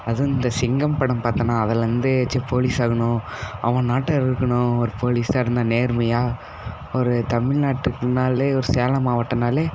அதுவும் இந்த சிங்கம் படம் பார்த்தேன்னா அதிலருந்து சே போலீஸ் ஆகணும் அவன் நாட்டம் இருக்கணும் ஒரு போலீஸாக இருந்தால் நேர்மையாக ஒரு தமிழ்நாட்டுக்குன்னாலே ஒரு சேலம் மாவட்டம்னாலே